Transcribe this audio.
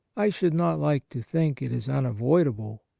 i should not like to think it is unavoidable.